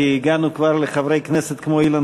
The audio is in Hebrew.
כי הגענו כבר לחברי כנסת כמו אילן